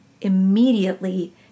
immediately